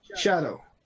Shadow